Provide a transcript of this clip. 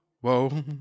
Whoa